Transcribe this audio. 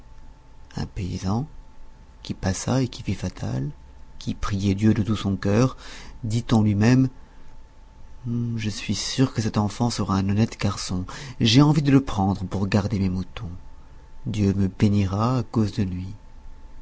un paysan qui passa et qui vit fatal qui priait dieu de tout son cœur dit en lui-même je suis sûr que cet enfant sera un honnête garçon j'ai envie de le prendre pour garder mes moutons dieu me bénira à cause de lui